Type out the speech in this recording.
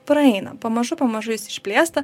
praeina pamažu pamažu jis ižblėsta